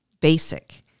Basic